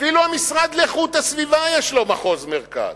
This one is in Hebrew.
אפילו המשרד להגנת הסביבה, יש לו מחוז מרכז,